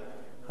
רבותי,